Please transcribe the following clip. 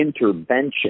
intervention